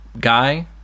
guy